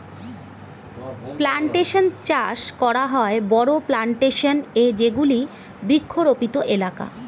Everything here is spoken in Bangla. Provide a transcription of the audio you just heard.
প্লানটেশন চাষ করা হয় বড়ো প্লানটেশন এ যেগুলি বৃক্ষরোপিত এলাকা